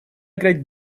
играть